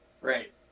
Right